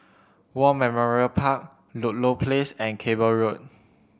War Memorial Park Ludlow Place and Cable Road